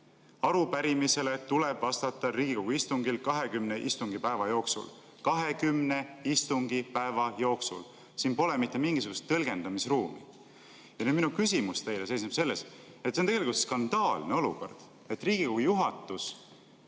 "Arupärimisele tuleb vastata Riigikogu istungil kahekümne istungipäeva jooksul." Kahekümne istungipäeva jooksul. Siin pole mittemingisugust tõlgendamisruumi. Nüüd minu küsimus seisneb selles. See on tegelikult skandaalne olukord, et Riigikogu juhatus